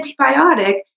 antibiotic